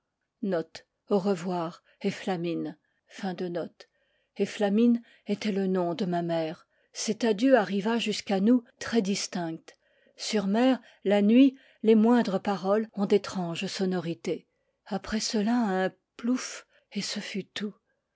efflamina efflamine était le nom de ma mère cet adieu arriva jusqu'à nous très distinct sur mer la nuit les moindres paroles ont d'étranges sonorités après cela un plouf et ce fut tout